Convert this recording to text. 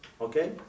Okay